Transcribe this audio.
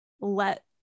let